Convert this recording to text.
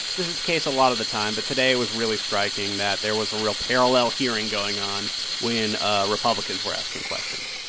this is the case a lot of the time, but today was really striking that there was a real parallel hearing going on when ah republicans were asking questions.